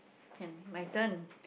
and my turn